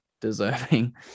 deserving